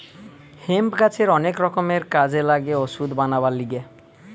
hemp গাছের অনেক রকমের কাজে লাগে ওষুধ বানাবার লিগে